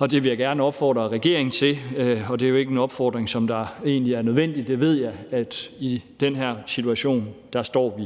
det vil jeg gerne opfordre regeringen til. Det er jo ikke en opfordring, som egentlig er nødvendig, for jeg ved, at i den her situation står vi